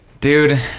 dude